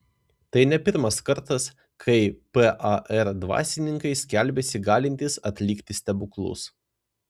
tai ne pirmas kartas kai par dvasininkai skelbiasi galintys atlikti stebuklus